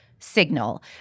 signal